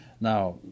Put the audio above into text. Now